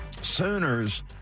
Sooners